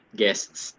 guests